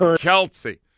Kelsey